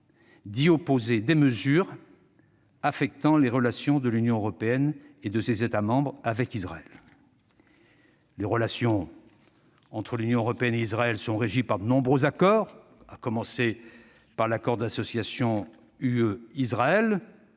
d'y opposer des mesures affectant les relations de l'Union européenne et de ses États membres avec Israël. Les relations entre l'Union européenne et Israël sont régies par de nombreux accords, à commencer par l'accord d'association UE-Israël,